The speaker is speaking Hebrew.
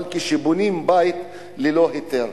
אבל כשבונים בית ללא היתר,